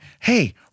hey